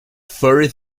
furry